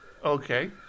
Okay